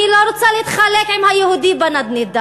אני לא רוצה להתחלק עם היהודי בנדנדה,